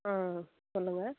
ஆ சொல்லுங்கள்